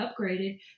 upgraded